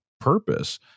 purpose